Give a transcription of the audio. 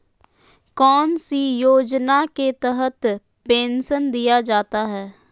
कौन सी योजना के तहत पेंसन दिया जाता है?